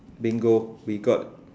bingo we got